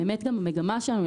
המגמה שלנו,